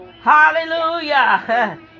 Hallelujah